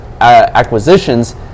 acquisitions